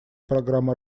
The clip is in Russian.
программы